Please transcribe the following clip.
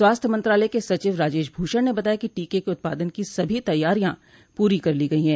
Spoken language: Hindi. स्वास्थ्य मंत्रालय के सचिव राजेश भूषण ने बताया कि टीके के उत्पादन की सभी तैयारियां पूरी कर ली गई हैं